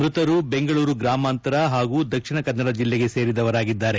ಮೃತರು ಬೆಂಗಳೂರು ಗ್ರಾಮಾಂತರ ಹಾಗೂ ದಕ್ಷಿಣ ಕನ್ನಡ ಜಿಲ್ಲೆಗೆ ಸೇರಿದವರಾಗಿದ್ದಾರೆ